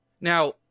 Now